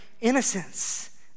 innocence